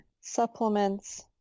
supplements